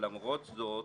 אב למרות זאת,